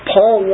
Paul